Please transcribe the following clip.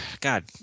God